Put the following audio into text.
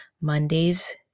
Mondays